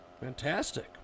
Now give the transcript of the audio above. Fantastic